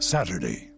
Saturday